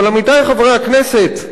אבל, עמיתי חברי הכנסת,